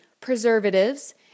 preservatives